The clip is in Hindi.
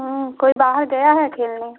कोई बाहर गया है खेलने